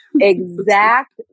exact